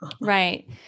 Right